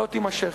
לא תימשך.